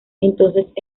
entonces